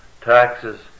Taxes